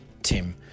Tim